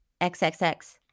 XXX